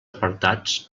apartats